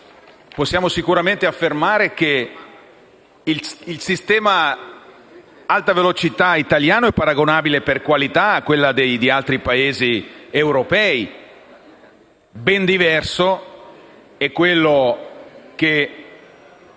possiamo sicuramente affermare che il sistema alta velocità italiano è paragonabile per qualità a quello di altri Paesi europei. Ben diverso è ciò che